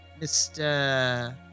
Mr